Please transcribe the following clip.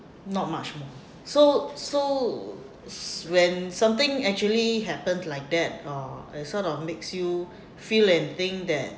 not much more so so when something actually happened like that uh it sort of makes you feel and think that